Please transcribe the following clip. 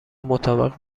مطابق